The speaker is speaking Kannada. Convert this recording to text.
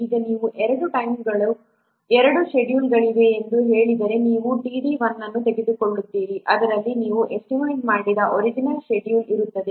ಈಗ ನೀವು ಎರಡು ಟೈಮ್ಗಳು ಎರಡು ಶೆಡ್ಯೂಲ್ಗಳಿವೆ ಎಂದು ಹೇಳಿದರೆ ನೀವು t d 1 ಅನ್ನು ತೆಗೆದುಕೊಳ್ಳುತ್ತೀರಿ ಅದರಲ್ಲಿ ನೀವು ಎಸ್ಟಿಮೇಟ್ ಮಾಡಿದ ಒರಿಜಿನಲ್ ಶೆಡ್ಯೂಲ್ ಇರುತ್ತದೆ